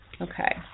Okay